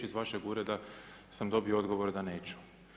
Iz vašeg ureda sam dobio odgovor da neću.